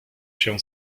się